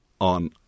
on